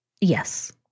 Yes